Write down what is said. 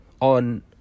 on